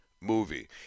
movie